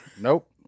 nope